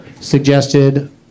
suggested